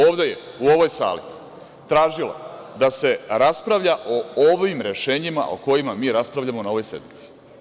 Ovde je, u ovoj sali tražila da se raspravlja o ovim rešenjima o kojima mi raspravljamo na ovoj sednici.